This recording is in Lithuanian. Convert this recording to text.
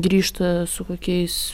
grįžta su kokiais